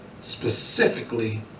Specifically